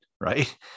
right